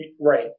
Right